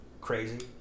Crazy